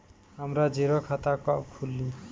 हमरा जीरो खाता कब खुली?